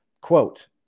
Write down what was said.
Quote